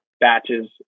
batches